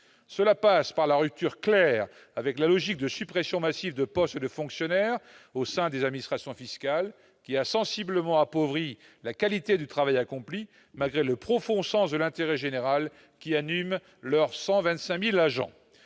Cela passe par la rupture claire avec la logique de suppression massive de postes de fonctionnaires au sein des administrations fiscales qui a sensiblement appauvri la qualité du travail accompli, malgré le profond sens de l'intérêt général qui anime leurs 125 000 agents.